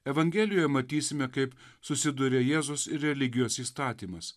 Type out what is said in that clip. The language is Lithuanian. evangelioje matysime kaip susiduria jėzus ir religijos įstatymas